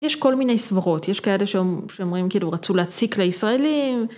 יש כל מיני סברות, יש כאלה שאומרים כאילו רצו להציק לישראלים.